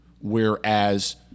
Whereas